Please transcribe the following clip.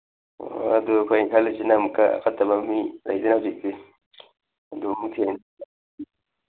ꯑ ꯑꯗꯨ ꯑꯩꯈꯣꯏ ꯈꯜꯂꯤꯁꯤꯅ ꯑꯃꯨꯛꯀ ꯐꯠꯇꯕ ꯃꯤ ꯂꯩꯗꯅ ꯍꯧꯖꯤꯛꯇꯤ ꯑꯗꯨ ꯑꯃꯨꯛ ꯊꯦꯡꯅꯔꯗꯤ